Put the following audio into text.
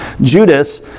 Judas